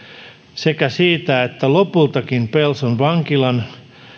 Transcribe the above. sekä siitä että lopultakin pelson vankilan